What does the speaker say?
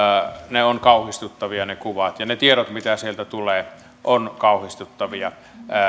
ne kuvat ovat kauhistuttavia ja ne tiedot mitä sieltä tulee ovat kauhistuttavia